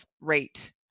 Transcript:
rate